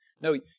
No